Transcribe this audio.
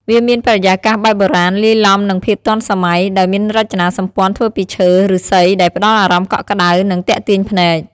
វាមានបរិយាកាសបែបបុរាណលាយឡំនឹងភាពទាន់សម័យ ដោយមានរចនាសម្ព័ន្ធធ្វើពីឈើ ឫស្សីដែលផ្ដល់អារម្មណ៍កក់ក្ដៅ និងទាក់ទាញភ្នែក។